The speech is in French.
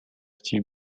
style